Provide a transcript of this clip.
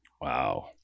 Wow